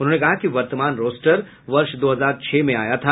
उन्होंने कहा कि वर्तमान रोष्टर वर्ष दो हजार छह में आया था